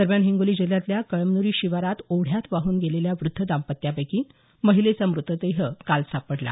दरम्यान हिंगोली जिल्ह्यातल्या कळमन्री शिवारात ओढ्यात वाहून गेलेल्या व्रध्द दाम्पत्यापैकी महिलेचा मृतदेह काल सापडला